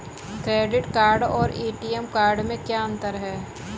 Credit card और ATM card में क्या अंतर है?